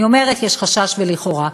אני אומרת שיש חשש ולכאורה.